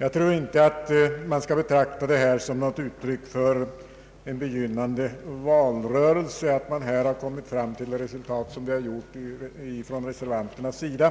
Jag tror inte att man skall betrakta det resultat som vi från reservanternas sida har kommit fram till såsom något uttryck för en begynnande